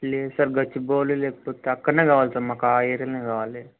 లేదు సార్ గచ్చిబౌలిలో లేకపోతే అక్కడే కావాలి సార్ మాకు ఆ ఏరియాలోనే కావాలి